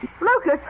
Lucas